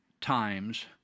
Times